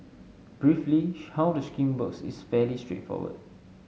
briefly how the scheme works is fairly straightforward